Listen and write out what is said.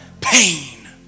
pain